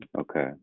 Okay